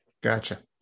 Gotcha